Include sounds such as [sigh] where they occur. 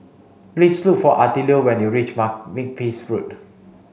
please look for Attilio when you reach [unintelligible] Makepeace Road